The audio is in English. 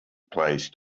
placed